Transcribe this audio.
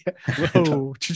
Whoa